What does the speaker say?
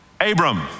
Abram